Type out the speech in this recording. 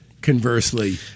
conversely